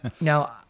Now